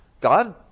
God